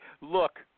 Look